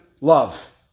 love